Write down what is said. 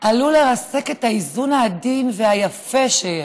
עלול לרסק את האיזון העדין והיפה שיש.